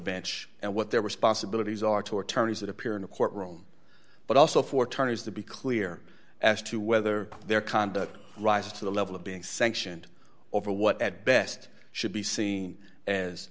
bench and what their responsibilities are to attorneys that appear in a courtroom but also for turners to be clear as to whether their conduct rises to the level of being sanctioned over what at best should be seen as